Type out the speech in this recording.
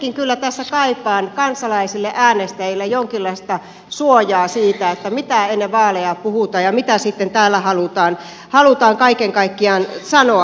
jotenkin kyllä tässä kaipaan kansalaisille äänestäjille jonkinlaista suojaa siitä että mitä ennen vaaleja puhutaan ja mitä sitten täällä halutaan kaiken kaikkiaan sanoa